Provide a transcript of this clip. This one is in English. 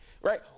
right